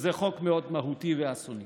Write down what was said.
שזה חוק מאוד מהותי ואסוני.